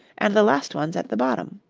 and the last ones at the bottom.